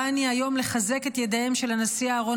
בא אני היום לחזק את ידיהם של הנשיא אהרן